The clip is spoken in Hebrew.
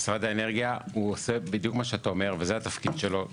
משרד האנרגיה עושה בדיוק את מה שאתה אומר וזה התפקיד שלו.